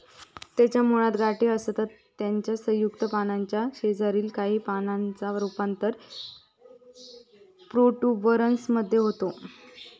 त्याच्या मुळात गाठी असतत त्याच्या संयुक्त पानाच्या शेजारील काही पानांचा रूपांतर प्रोट्युबरन्स मध्ये होता